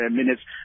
minutes